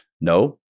No